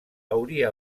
hauria